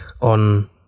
on